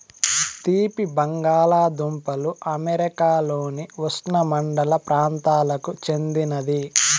తీపి బంగాలదుంపలు అమెరికాలోని ఉష్ణమండల ప్రాంతాలకు చెందినది